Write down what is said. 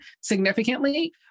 significantly